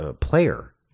player